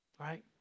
Right